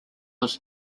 was